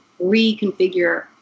reconfigure